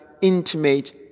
intimate